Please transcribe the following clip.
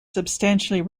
substantially